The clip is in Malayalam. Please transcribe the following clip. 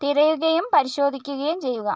തിരയുകയും പരിശോധിക്കുകയും ചെയ്യുക